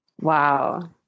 Wow